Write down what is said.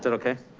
so okay?